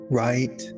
right